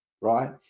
right